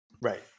Right